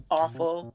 awful